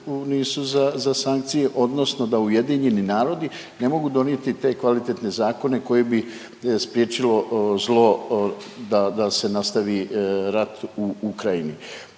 za sankcije odnosno da UN ne mogu donijeti te kvalitetne zakone koje bi spriječilo zlo da se nastavi rat u Ukrajini?